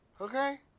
okay